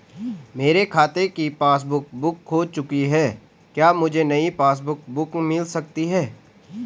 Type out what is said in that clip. मेरे खाते की पासबुक बुक खो चुकी है क्या मुझे नयी पासबुक बुक मिल सकती है?